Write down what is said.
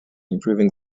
improving